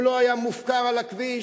והוא לא היה מופקר על הכביש,